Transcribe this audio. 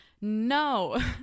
no